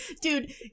Dude